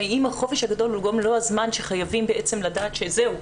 והאם החופש הגדול הוא לא הזמן שחייבים לדעת שזהו,